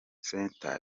center